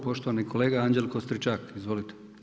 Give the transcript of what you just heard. Poštovani kolega Anđelko Stričak, izvolite.